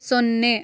ಸೊನ್ನೆ